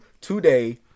today